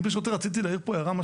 אני פשוט רציתי להעיר פה הערה,